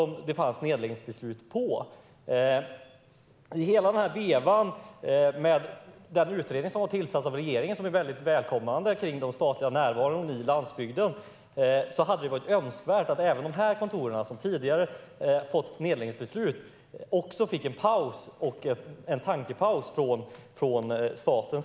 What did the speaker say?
I vevan med den välkomnade utredningen om den statliga närvaron på landsbygden som regeringen har tillsatt vore det önskvärt om staten tog en tankepaus även när det gäller de kontor som har fått nedläggningsbeslut tidigare.